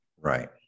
Right